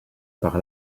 par